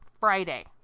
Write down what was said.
Friday